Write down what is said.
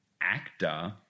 actor